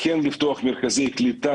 כן לפתוח מרכזי קליטה,